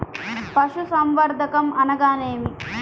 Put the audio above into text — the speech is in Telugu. పశుసంవర్ధకం అనగానేమి?